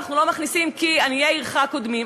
אנחנו לא מכניסים כי עניי עירך קודמים,